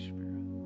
Spirit